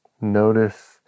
notice